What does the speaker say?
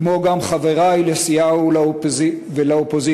כמו גם חברי לסיעה ולאופוזיציה,